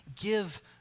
give